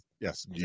Yes